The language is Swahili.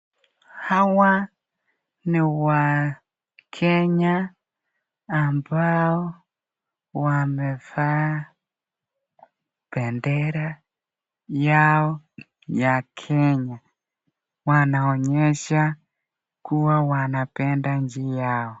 Hawa ni wakenya ambao wamevaa bendera yao ya kenya. Wanaonyesha kuwa wanapenda nchi yao.